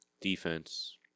defense